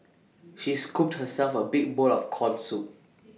she scooped herself A big bowl of Corn Soup